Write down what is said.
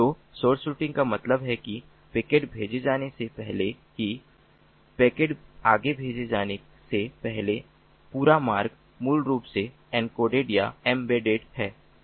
तो source routing का मतलब है कि पैकेट भेजे जाने से पहले ही पैकेट आगे भेजे जाने से पहले पूरा मार्ग मूल रूप से एनकोडेड या एम्बेडेड है